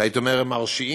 שהייתי אומר שהם מרשיעים.